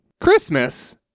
Christmas